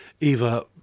Eva